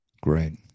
Great